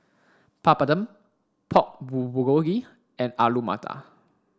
Papadum Pork Bulgogi and Alu Matar